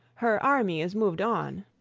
her army is mov'd on.